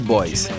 Boys